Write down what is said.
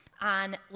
on